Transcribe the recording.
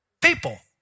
people